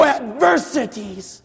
adversities